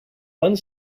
one